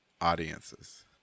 audiences